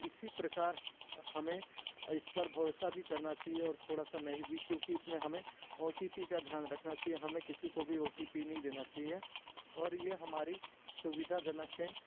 इसी प्रकार हमें इस पर भरोसा भी करना चाहिए और थोड़ा सा नहीं भी क्योंकि इसमें हमें ओ टी पी का ध्यान रखना चाहिए हमें किसी को भी ओ टी पी नहीं देना चाहिए और यह हमारी सुविधाजनक है